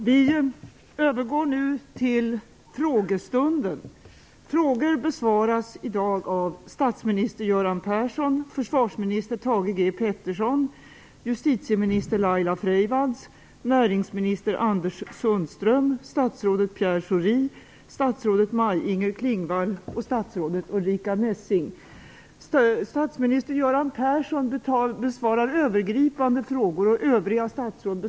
Vi övergår nu till frågestunden. Frågor besvaras i dag av statsminister Göran Persson, försvarsminister Statsminister Göran Persson besvarar övergripande frågor och övriga statsråd besvarar frågor från deras respektive ansvarsområden. Jag får be regeringens ledamöter att ta plats. Jag vill påminna om att frågestunden avbryts så snart den fråga som är under besvarande kl. 15.00 är färdig. Därmed lämnar jag ordet fritt för frågor.